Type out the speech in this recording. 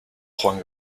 juan